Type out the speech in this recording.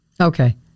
Okay